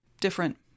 different